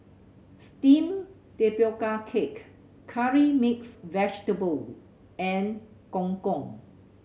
steamed tapioca cake Curry Mixed Vegetable and Gong Gong